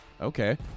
okay